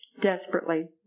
desperately